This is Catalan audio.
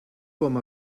com